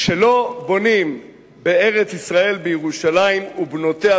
לא בונים בארץ-ישראל ובירושלים ובנותיה.